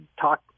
talk